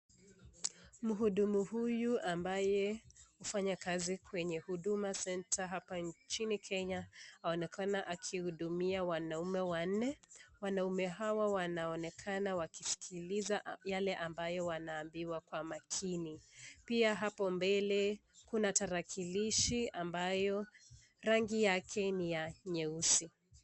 Mhudumu huyu ambaye hufanya kazi kwenye Huduma Center hapa nchini Kenya aonekana akihudumia wanaume wanne. Wanaume hawa wanaonekana wakisikiliza yale ambayo wanaambiwa kwa makini. Pia hapo mbele kuna tarakilishi ambayo rangi yake ni ya nyeusi.